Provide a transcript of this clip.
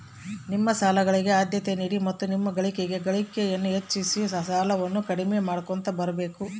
ನಿಮ್ಮ ಸಾಲಗಳಿಗೆ ಆದ್ಯತೆ ನೀಡಿ ಮತ್ತು ನಿಮ್ಮ ಗಳಿಕೆಯನ್ನು ಹೆಚ್ಚಿಸಿ ಸಾಲವನ್ನ ಕಡಿಮೆ ಮಾಡ್ಕೊಂತ ಬರಬೇಕು